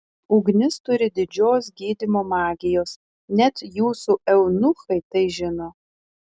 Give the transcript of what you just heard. ugnis turi didžios gydymo magijos net jūsų eunuchai tai žino